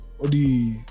Odi